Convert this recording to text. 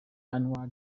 annual